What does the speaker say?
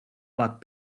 but